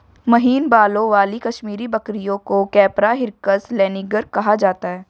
महीन बालों वाली कश्मीरी बकरियों को कैपरा हिरकस लैनिगर कहा जाता है